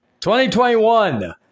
2021